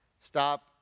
Stop